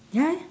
ya